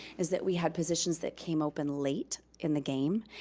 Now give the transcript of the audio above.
is that we had positions that came open late in the game,